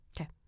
Okay